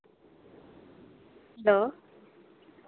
hello